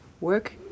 work